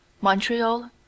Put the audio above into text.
Montreal